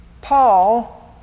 Paul